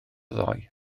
ddoe